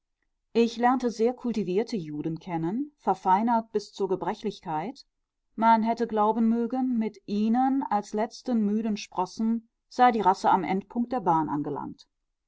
ich lernte sehr kultivierte juden kennen verfeinert bis zur gebrechlichkeit man hätte glauben mögen mit ihnen als letzten müden sprossen sei die rasse am endpunkt der bahn angelangt